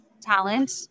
talent